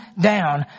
down